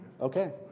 okay